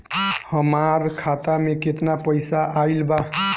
हमार खाता मे केतना पईसा आइल बा?